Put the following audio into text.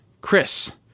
Chris